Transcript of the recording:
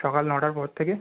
সকাল নটার পর থেকে